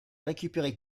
récupéré